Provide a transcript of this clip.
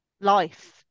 life